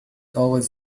always